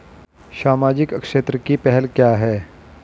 सामाजिक क्षेत्र की पहल क्या हैं?